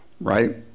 right